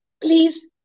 please